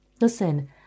Listen